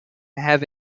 have